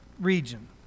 region